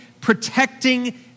protecting